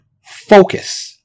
focus